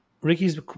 Ricky's